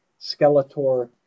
Skeletor